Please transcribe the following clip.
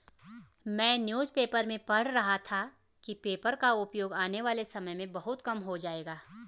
मैं newspaper में पढ़ रहा था कि पेपर का उपयोग आने वाले समय में बहुत कम हो जाएगा